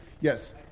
Yes